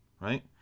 right